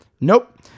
Nope